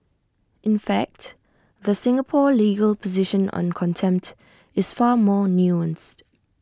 in fact the Singapore legal position on contempt is far more nuanced